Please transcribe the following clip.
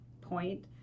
point